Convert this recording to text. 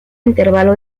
intervalo